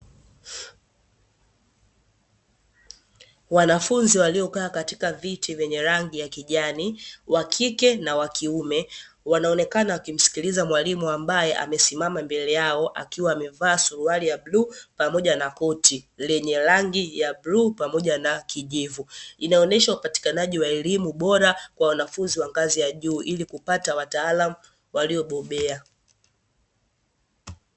Wanafunzi waliokaa katika viti vyenye rangi ya kijani, wa kike na wa kiume wanaonekana wakimsikiliza mwalimu ambaye amesimama mbele yao, akiwa amevaa suruali ya bluu pamoja na koti lenye rangi ya bluu pamoja na kijivu, inaonesha upatikanaji wa elimu bora kwa wanafunzi wa ngazi ya juu ili kupata wataalamu waliobobea.